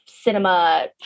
cinema